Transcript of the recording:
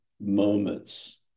moments